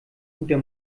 guter